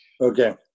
okay